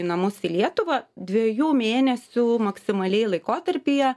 į namus į lietuvą dviejų mėnesių maksimaliai laikotarpyje